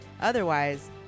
Otherwise